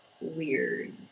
weird